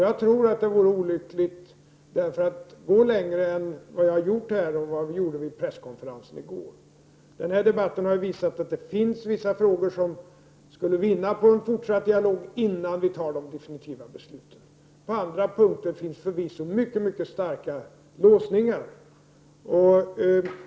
Jag tror att det vore olyckligt att gå längre än jag har gjort här och än vi gjorde vid presskonferensen i går. Den här debatten har visat att det finns vissa frågor som skulle vinna på en fortsatt dialog, innan vi fattar de definitiva besluten. På andra punkter finns förvisso mycket starka låsningar.